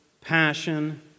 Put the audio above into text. passion